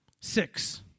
six